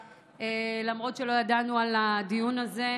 לדבר למרות שלא ידענו על הדיון הזה,